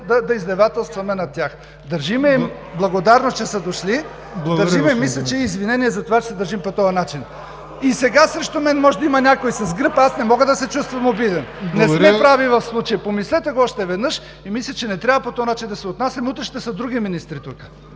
да издевателстваме над тях. Дължим им благодарност, че са дошли, дължим им, мисля, че и извинение за това, че се държим по този начин. И сега срещу мен може да има някой с гръб. Аз не мога да се чувствам обиден. Не сме прави в случая. Помислете го още веднъж и мисля, че не трябва да се отнасяме по този начин. Утре ще са други министри тук.